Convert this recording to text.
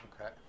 Okay